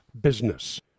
Business